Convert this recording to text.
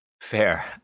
Fair